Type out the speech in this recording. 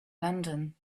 london